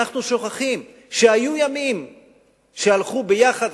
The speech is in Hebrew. אנחנו שוכחים שהיו ימים שהלכו ביחד